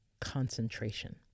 concentration